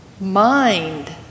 mind